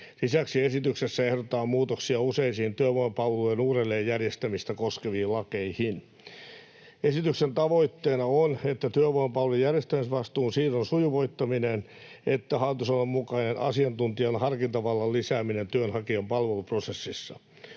Lisäksi esityksessä ehdotetaan muutoksia useisiin työvoimapalvelujen uudelleenjärjestämistä koskeviin lakeihin. Esityksen tavoitteena on sekä työvoimapalvelun järjestämisvastuun siirron sujuvoittaminen että hallitusohjelman mukainen asiantuntijan harkintavallan lisääminen työnhakijan palveluprosessissa.